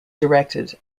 directed